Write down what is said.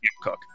cook